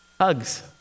Hugs